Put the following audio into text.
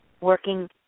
working